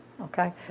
okay